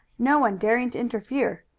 no one daring to interfere.